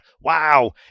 wow